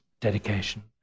dedication